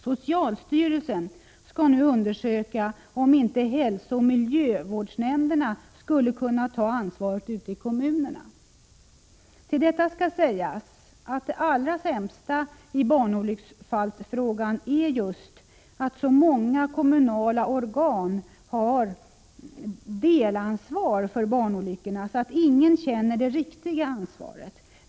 Socialstyrelsen skall nu undersöka om inte hälsooch miljövårdsnämnderna skulle kunna ta ansvaret ute i kommunerna. Till detta skall sägas att det allra sämsta i barnolycksfallsfrågan just är att så många olika kommunala organ har delansvar för barnolyckorna att ingen känner det riktiga ansvaret.